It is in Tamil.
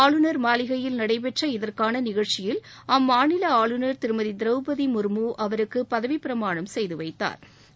ஆளுநர் மாளிகையில் நடைபெற்ற இதற்கான நிகழ்ச்சியில் அம்மாநில ஆளுநர் திருமதி திரௌபதி முர்மு அவருக்கு பதவிப் பிரமாணம் செய்து வைத்தாா்